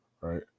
right